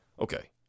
Okay